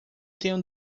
tenho